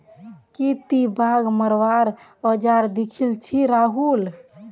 की ती बाघ मरवार औजार दखिल छि राहुल